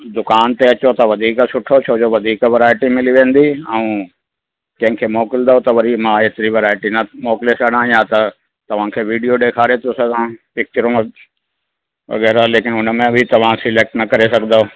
दुकान ते अचो त वधीक सुठो छो जो वधीक वैरायटी मिली वेंदी ऐं कंहिंखे मोकिलींदव त वरी मां हेतिरी वैरायटी न मोकिले सघां या त तव्हांखे वीडियो ॾेखारे थो सघां पिचरूं वग़ैरह लेकिनि हुन में तव्हां सिलेक्ट न करे सघंदो